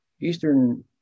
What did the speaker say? Eastern